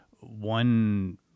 one